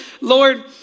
Lord